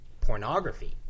pornography